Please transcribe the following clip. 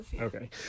okay